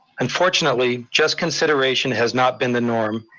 unfortunately, just consideration has not been the norm,